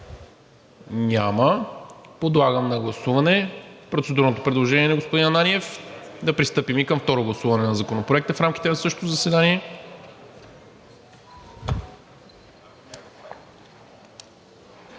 Няма. Подлагам на гласуване процедурното предложение на господин Ананиев да пристъпим и към второ гласуване на Законопроекта в рамките на същото заседание.